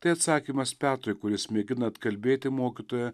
tai atsakymas petrui kuris mėgina atkalbėti mokytoją